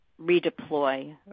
redeploy